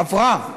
עברה.